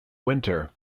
winter